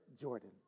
Jordan